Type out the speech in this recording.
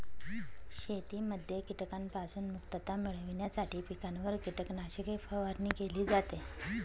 शेतीमध्ये कीटकांपासून मुक्तता मिळविण्यासाठी पिकांवर कीटकनाशके फवारणी केली जाते